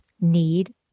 need